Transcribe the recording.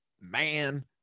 man